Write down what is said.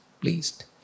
Pleased